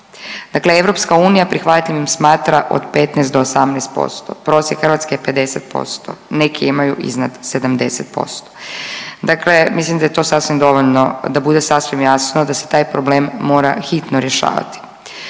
Dakle, EU prihvatljivim smatram od 15 do 18%. Prosjek Hrvatske je 50%, neki imaju iznad 70%. Dakle, mislim da je to sasvim dovoljno da bude sasvim jasno da se taj problem mora hitno rješavati.